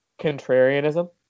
Contrarianism